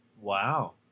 Wow